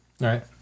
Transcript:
right